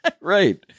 Right